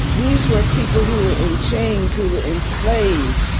these were people who were in chains, who were enslaved,